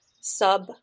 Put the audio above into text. sub